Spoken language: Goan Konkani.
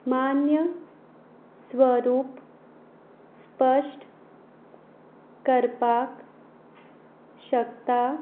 मान्य स्वरूप स्पश्ट करपाक शकता